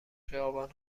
خیابان